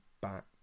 back